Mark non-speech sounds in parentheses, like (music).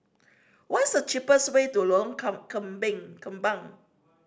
what is the cheapest way to Lorong (unintelligible) Kembang